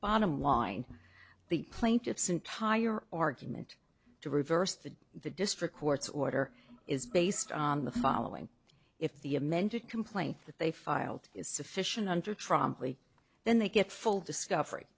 bottom line the plaintiff's entire argument to reverse to the district court's order is based on the following if the amended complaint that they filed is sufficient under trombley then they get full discovery